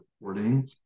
reporting